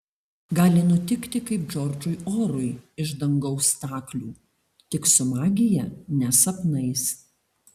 gali nutikti kaip džordžui orui iš dangaus staklių tik su magija ne sapnais